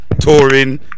touring